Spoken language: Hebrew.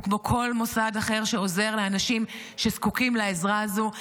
הוא כמו כל מוסד אחר שעוזר לאנשים שזקוקים לעזרה הזאת.